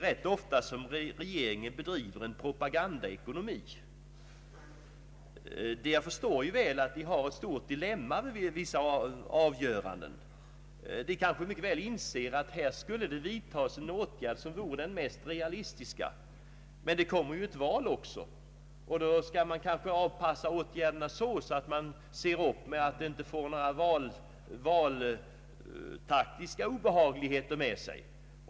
Rätt ofta bedriver regeringen propagandaekonomi. Jag förstår mycket väl att ni befinner er i ett stort dilemma inför vissa avgöranden. Ni kanske inser att en åtgärd skulle behöva vidtas som skulle vara den mest realistiska. Men det kommer ju ett val också, och då måste ni se till att åtgärderna inte för med sig några valtaktiska obehagligheter.